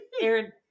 Aaron